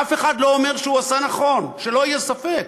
אף אחד לא אומר שהוא עשה נכון, שלא יהיה ספק,